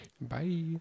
Bye